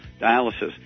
dialysis